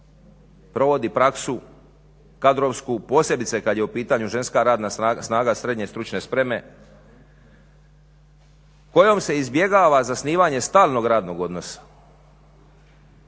provodi praksu kadrovsku posebice kada je u pitanju ženska radna snaga SSS kojom se izbjegava zasnivanje stalnog radnog odnosa.